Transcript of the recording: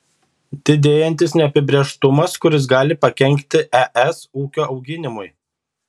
didėjantis neapibrėžtumas kuris gali pakenkti es ūkio augimui